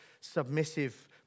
submissive